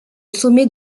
sommet